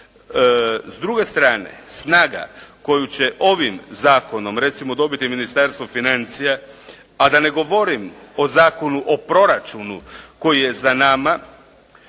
S druge strane, snaga koju će ovim zakonom recimo dobiti Ministarstvo financija, a da ne govorimo o Zakonu o proračunu koji je za nama,